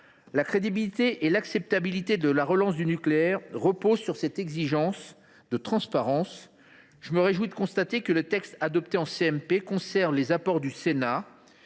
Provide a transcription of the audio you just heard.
La crédibilité et l’acceptabilité de la relance du nucléaire reposent sur cette exigence de transparence. Je me réjouis de constater que le texte adopté en commission mixte